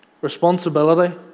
responsibility